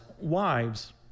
wives